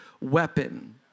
weapon